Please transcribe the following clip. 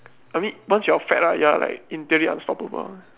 I mean once you're fat ah you're like entirely unstoppable